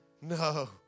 no